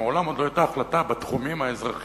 שמעולם עוד לא היתה החלטה בתחומים האזרחיים